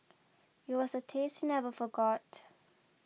it was a taste he never forgot